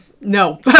no